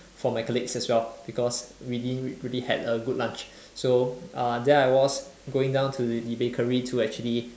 for my colleagues as well because we didn't really had a good lunch so uh there I was going down to the bakery to actually